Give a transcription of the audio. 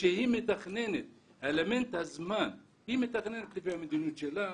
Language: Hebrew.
היא מתכננת לפי המדיניות שלה,